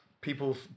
People